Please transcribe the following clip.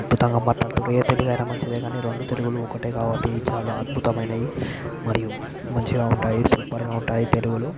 అద్భుతంగా మాట్లాడుతారు ఏ తెలుగయినా మంచిదే గాని రెండు తెలుగులు ఒక్కటే కాబట్టి చాలా అద్భుతమైనయి మరియు మంచిగా ఉంటాయి సూపర్గా ఉంటాయి తెలుగులు